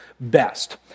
best